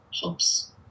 helps